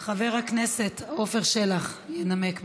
חבר הכנסת עפר שלח ינמק.